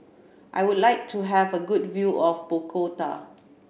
I would like to have a good view of Bogota